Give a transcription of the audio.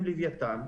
עם לווייתן,